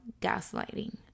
gaslighting